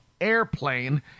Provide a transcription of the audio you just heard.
Airplane